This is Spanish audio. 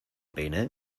peine